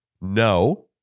no